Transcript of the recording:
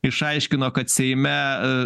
išaiškino kad seime